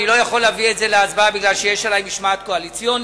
אני לא יכול להביא את זה להצבעה כי יש עלי משמעת קואליציונית,